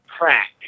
crack